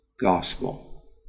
gospel